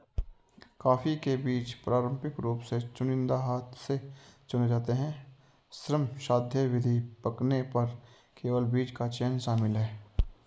coffee के बीज पारंपरिक रूप से चुनिंदा हाथ से चुने जाते हैं, श्रमसाध्य विधि, पकने पर केवल बीज का चयन शामिल है